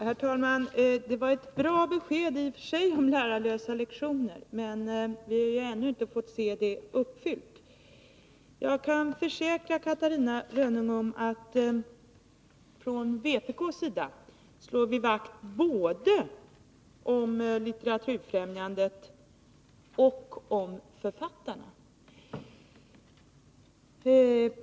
Herr talman! Det var i och för sig ett bra besked vi fick om de lärarlösa lektionerna, men vi har ännu inte fått se resultat. Jag kan försäkra Catarina Rönnung om att vi från vpk:s sida, till skillnad från er, slår vakt om både Litteraturfrämjandet och författarna.